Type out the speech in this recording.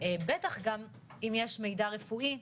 בטח גם, אם יש מידע רפואי,